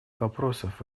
вопросов